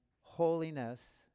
holiness